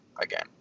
again